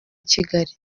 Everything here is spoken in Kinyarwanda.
kigali